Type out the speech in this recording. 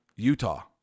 Utah